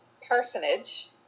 parsonage